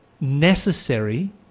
necessary